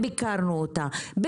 ביקרנו גם את התוכנית הזאת,